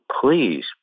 Please